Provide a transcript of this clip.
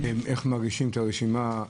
איך מגישים את הרשימה?